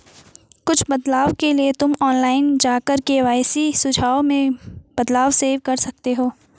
कुछ बदलाव के लिए तुम ऑनलाइन जाकर के.वाई.सी सुझाव में बदलाव सेव कर सकते हो